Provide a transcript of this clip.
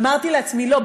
אמרתי לעצמי: לא,